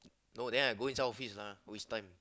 no then I go inside office lah waste time